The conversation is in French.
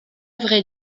vrai